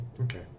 Okay